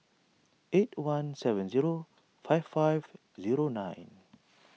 eight one seven zero five five zero nine